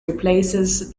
replaces